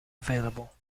available